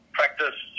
practice